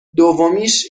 دومیش